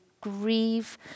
grieve